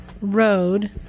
Road